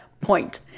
point